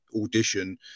audition